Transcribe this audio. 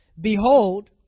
Behold